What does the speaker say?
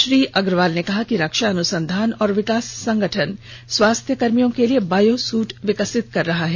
श्री अग्रवाल ने कहा कि रक्षा अनुसंधान और विकास संगठन स्वास्थ्यकर्मियों के लिए बायोसूट विकसित कर रहा है